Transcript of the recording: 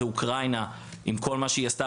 זו אוקראינה עם כל מה שהיא עשתה,